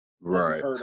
Right